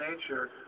nature